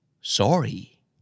Sorry